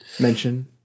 mention